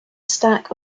stack